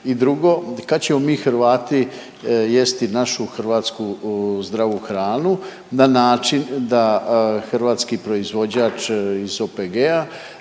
pitanje. Kad ćemo mi Hrvati jesti našu hrvatsku zdravu hranu na način da hrvatski proizvođač iz OPG-a